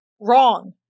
wrong